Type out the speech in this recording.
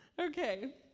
Okay